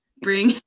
bring